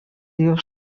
diozun